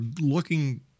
looking